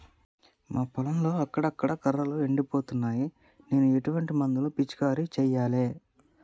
మా పొలంలో అక్కడక్కడ కర్రలు ఎండిపోతున్నాయి నేను ఎటువంటి మందులను పిచికారీ చెయ్యాలే?